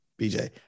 BJ